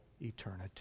eternity